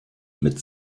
mit